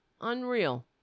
unreal